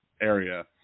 area